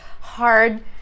hard